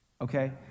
okay